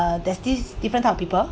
uh there's this different type of people